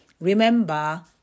Remember